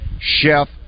chef